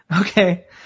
Okay